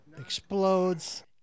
explodes